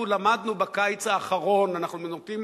אנחנו למדנו בקיץ האחרון, אנחנו נוטים